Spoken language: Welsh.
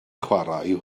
chwarae